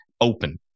open